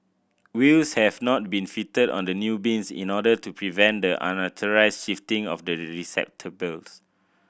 wheels have not been fitted on the new bins in order to prevent the unauthorised shifting of the receptacles